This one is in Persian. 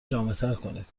کنید